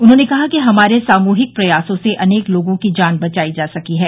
उन्होंने कहा कि हमारे सामूहिक प्रयासों से अनेक लोगों की जान बचाई जा सकी है